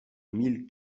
mille